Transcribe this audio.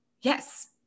Yes